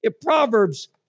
Proverbs